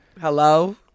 Hello